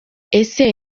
ese